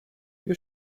you